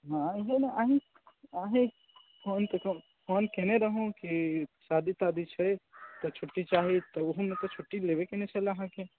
हँ अहीँ अहीँ फोन फोन कयने रहौ कि शादी तादी छै तऽ छुट्टी चाही तऽ ओहोमे तऽ छुट्टी लेबे कयने छलै अहाँके